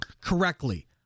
correctly